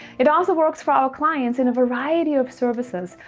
it also works for our clients in a variety of services,